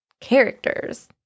characters